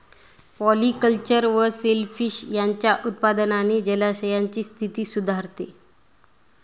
polyculture व shellfish यांच्या उत्पादनाने जलाशयांची स्थिती सुधारते